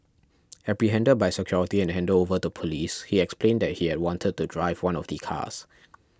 apprehended by security and handed over to police he explained that he had wanted to drive one of the cars